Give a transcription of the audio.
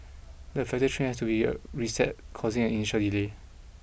the further train has to be reset causing an initial delay